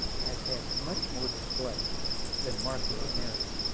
has had much more display than martha canary,